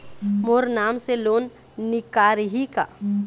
मोर नाम से लोन निकारिही का?